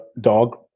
dog